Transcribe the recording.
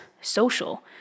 social